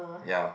ya